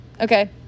Okay